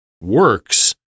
works